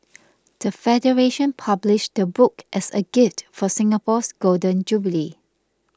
the federation published the book as a gift for Singapore's Golden Jubilee